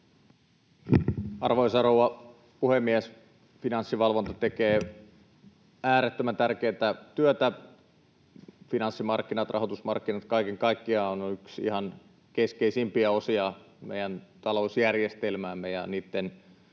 Arvoisa rouva puhemies! Finanssivalvonta tekee äärettömän tärkeätä työtä. Finanssimarkkinat, rahoitusmarkkinat kaiken kaikkiaan ovat yksi ihan keskeisimpiä osia meidän talousjärjestelmäämme, ja